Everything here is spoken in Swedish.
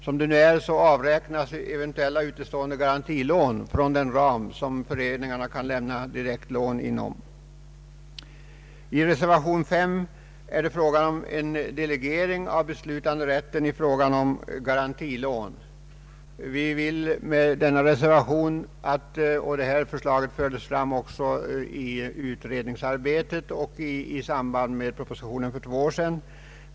Som det nu är avräknas eventuella utestående garantilån från den ram inom vilken föreningarna kan lämna direktlån. Reservationen 5 gäller delegering av beslutanderätten i fråga om garantilån. Detta förslag fördes fram också i utredningsarbetet och i samband med propositionen för två år sedan.